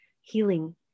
healing